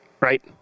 Right